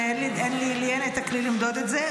לי אין את הכלי למדוד את זה,